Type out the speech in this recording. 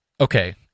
okay